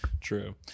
True